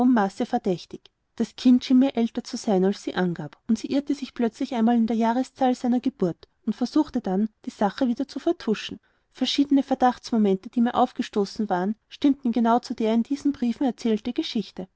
maße verdächtig das kind schien mir älter zu sein als sie angab und sie irrte sich plötzlich einmal in der jahreszahl seiner geburt und versuchte dann die sache wieder zu vertuschen verschiedene verdachtsmomente die mir aufgestoßen waren stimmen genau zu der in diesen briefen erzählten geschichte